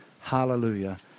Hallelujah